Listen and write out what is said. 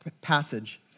passage